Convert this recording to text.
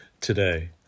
Today